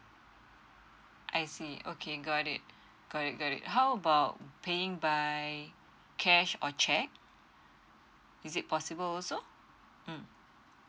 I see okay got it got it got it how about paying by cash or cheque is it possible also mm